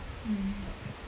mm